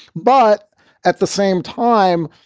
but at the same time,